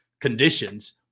conditions